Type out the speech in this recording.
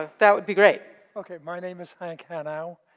ah that would be great. okay, my name is hank hanow.